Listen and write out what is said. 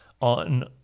on